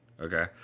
Okay